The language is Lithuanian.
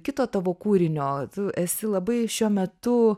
kito tavo kūrinio tu esi labai šiuo metu